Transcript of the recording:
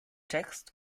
text